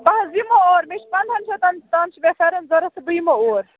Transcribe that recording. بہٕ حظ یمہو اور مےٚ چھُ پَنٛداہَن شَتَن تام چھُ مےٚ فیٚرَن ضروٗرت تہٕ بہٕ یمہٕ اور